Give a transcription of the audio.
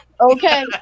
okay